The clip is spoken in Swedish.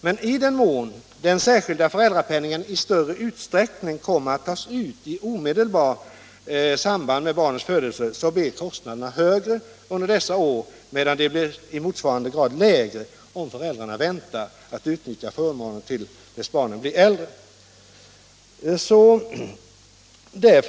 Men i den mån den särskilda föräldrapenningen i större utsträckning kommer att tas ut i omedelbart samband med barnens födelse blir kostnaderna högre under dessa år, och de blir i motsvarande grad lägre om föräldrarna väntar med att utnyttja förmånerna till dess barnen är äldre.